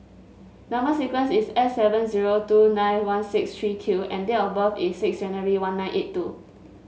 number sequence is S seven zero two nine one six three Q and date of birth is six January one nine eight two